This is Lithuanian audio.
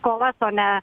skolas o ne